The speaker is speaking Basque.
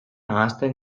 ahazten